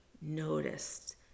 noticed